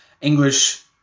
English